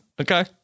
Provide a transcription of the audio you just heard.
Okay